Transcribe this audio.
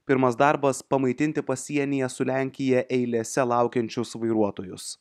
pirmas darbas pamaitinti pasienyje su lenkija eilėse laukiančius vairuotojus